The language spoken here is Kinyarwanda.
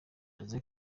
jose